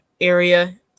area